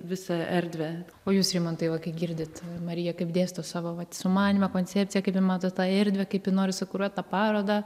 visą erdvę o jūs rimantai va kai girdit marija kaip dėsto savo vat sumanymą koncepciją kaip ji mato tą erdvę kaip ji nori sukuruot tą parodą